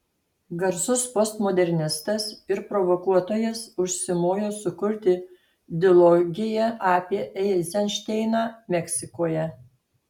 garsus postmodernistas ir provokuotojas užsimojo sukurti dilogiją apie eizenšteiną meksikoje